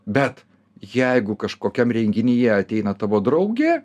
bet jeigu kažkokiam renginyje ateina tavo draugė